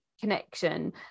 connection